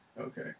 Okay